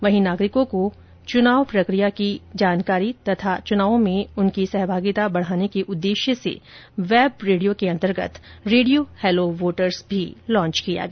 वहीं नागरिकों को चुनावी प्रक्रिया की जानकारी तथा चुनावों में उनकी सहभागिता बढ़ाने के उद्देश्य से वेब रेडियो के अन्तर्गत रेडियो हैलो वोटर्स भी लॉन्च किया गया